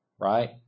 Right